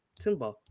Timber